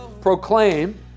proclaim